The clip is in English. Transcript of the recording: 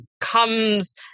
comes